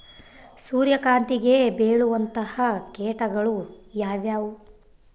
ಸೂರ್ಯಕಾಂತಿಗೆ ಬೇಳುವಂತಹ ಕೇಟಗಳು ಯಾವ್ಯಾವು?